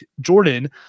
Jordan